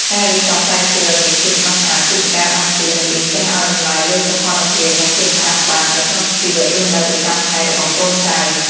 ការរៀបចំផ្លែឈើឱ្យមានភាពស្រស់ស្អាតគឺជាការដាស់តឿនឱ្យយើងចេះឱ្យតម្លៃលើសោភ័ណភាព និង ភាពស្អាតបាតនៅក្នុងជីវិតរស់នៅប្រចាំថ្ងៃរបស់កូនចៅ។